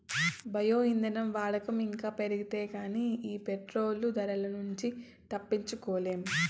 bio ఇంధనం వాడకం ఇంకా పెరిగితే గానీ ఈ పెట్రోలు ధరల నుంచి తప్పించుకోలేం